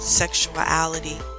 sexuality